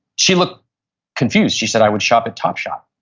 she looked confused. she said, i would shop at topshop.